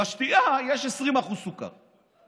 בשתייה יש 20% סוכר.